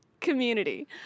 community